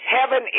Heaven